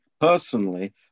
personally